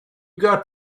got